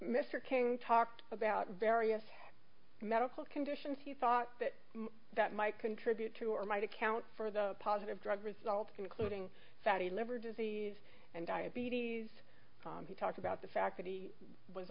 king talked about various medical conditions he thought that that might contribute to or might account for the positive drug result including fatty liver disease and diabetes he talked about the fact that he was